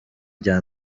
rya